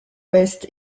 ouest